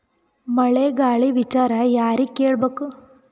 ಮಳೆ ಗಾಳಿ ವಿಚಾರ ಯಾರಿಗೆ ಕೇಳ್ ಬೇಕು?